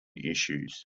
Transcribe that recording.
issues